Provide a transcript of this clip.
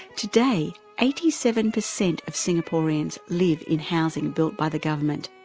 today, eighty seven percent of singaporeans live in housing built by the government,